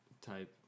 type